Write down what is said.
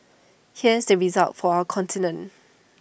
here's the result for our continent